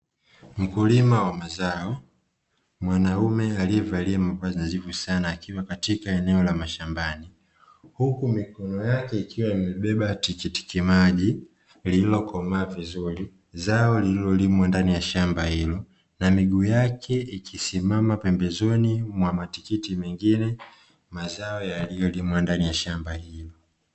Mkulima wa mazao mwanaume aliyevalia mavazi nadhifu sana akiwa katika eneo la mashambani, huku mikono yake ikiwa imebeba tikitiki maji lililokomaa vizur; zao lililolimwa ndani ya shamba hilo na miguu yake ikisimama pembezoni mwa matikiti mengine, mazao yaliyolimwa ndani ya shamba hilo.